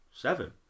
Seven